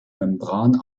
membran